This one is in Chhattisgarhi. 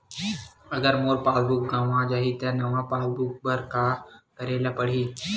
अगर मोर पास बुक गवां जाहि त नवा पास बुक बर का करे ल पड़हि?